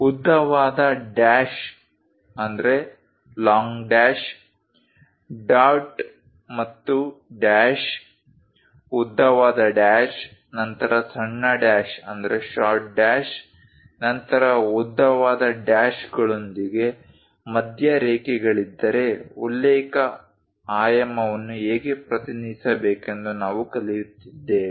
ಉದ್ದವಾದ dash dot ಮತ್ತು dash ಉದ್ದವಾದ ಡ್ಯಾಶ್ ನಂತರ ಸಣ್ಣ ಡ್ಯಾಶ್ ನಂತರ ಉದ್ದವಾದ ಡ್ಯಾಶ್ ಗಳೊಂದಿಗೆ ಮಧ್ಯ ರೇಖೆಗಳಿದ್ದರೆ ಉಲ್ಲೇಖ ಆಯಾಮವನ್ನು ಹೇಗೆ ಪ್ರತಿನಿಧಿಸಬೇಕೆಂದು ನಾವು ಕಲಿತಿದ್ದೇವೆ